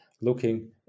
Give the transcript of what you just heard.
looking